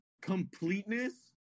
completeness